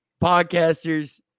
podcasters